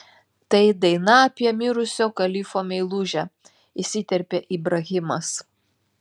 tai daina apie mirusio kalifo meilužę įsiterpė ibrahimas